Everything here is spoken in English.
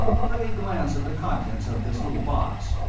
pray glance at the contents of this little box.